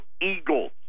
Eagles